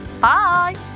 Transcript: Bye